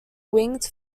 winged